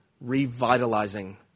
revitalizing